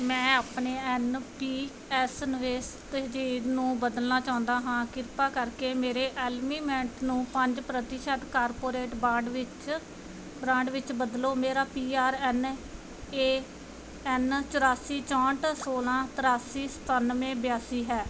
ਮੈਂ ਆਪਣੀ N P S ਨਿਵੇਸ਼ ਤਰਜੀਹ ਨੂੰ ਬਦਲਣਾ ਚਾਹੁੰਦਾ ਹਾਂ ਕ੍ਰਿਪਾ ਕਰਕੇ ਮੇਰੀ ਨੂੰ ਪੰਜ ਪ੍ਰਤੀਸ਼ਤ ਕਾਰਪੋਰੇਟ ਬਾਂਡ ਵਿੱਚ ਬਾਂਡ ਵਿੱਚ ਬਦਲੋ ਮੇਰਾ P R N A N ਚੁਰਾਸੀ ਚੌਂਹਠ ਸੌਲ੍ਹਾਂ ਤਰਿਆਸੀ ਸਤਾਨਵੇਂ ਬਿਆਸੀ ਹੈ